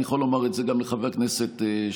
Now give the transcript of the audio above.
ואני יכול לומר את זה גם לחבר הכנסת שוסטר